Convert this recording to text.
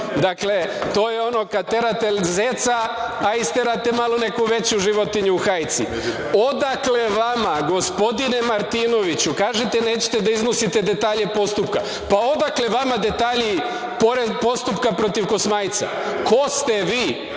priča. To je ono kada terate zeca, a isterate malo neku veću životinju u hajci. Odakle vama, gospodine Martinoviću, kažete da nećete da iznosite detalje postupka, pa odakle vama detalji postupka protiv Kosmajca? Ko ste